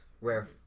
Rare